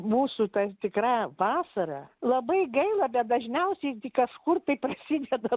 mūsų ta tikra vasara labai gaila bet dažniausiai kažkur tai prasideda